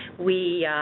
we,